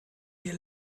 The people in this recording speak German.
wir